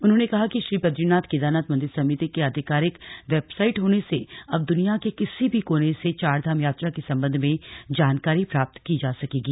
उन्होंने कहा कि श्री बदरीनाथ केदारनाथ मंदिर समिति की आधिकारिक वेबसाइट होने से अब दुनियां के किसी भी कोने से चारधाम यात्रा के संबंध में जानकारी प्राप्त की जा सकेगी